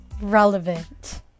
relevant